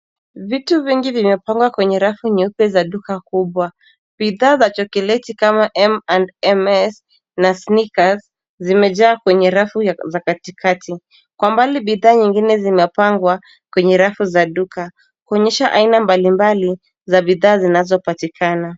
Vitu vingi vimepangwa kwenye rafu nyeupe za duka kubwa. Bidhaa za chocolate kama m and m s na sneakers zimejaa kwenye rafu ya takatifu. Kwa mbali bidhaa nyingine zinapangwa kwenye rafu za duka kuonyesha aina mbalimbali za bidhaa zinazopatikana.